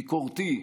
ביקורתי,